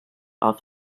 auf